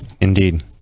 Indeed